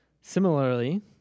Similarly